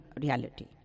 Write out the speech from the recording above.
reality